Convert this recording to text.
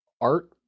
art